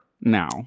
now